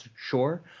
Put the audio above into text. sure